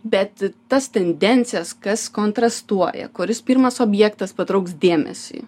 bet tas tendencijas kas kontrastuoja kuris pirmas objektas patrauks dėmesį